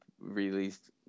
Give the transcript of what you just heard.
released